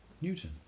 Newton